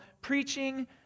preaching